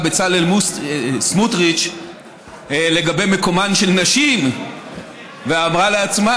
בצלאל סמוטריץ לגבי מקומן של נשים ואמרה לעצמה: